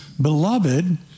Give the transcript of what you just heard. Beloved